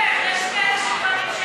תודה רבה.